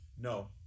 no